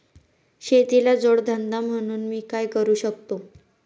शेतीला जोड धंदा म्हणून मी काय करु शकतो?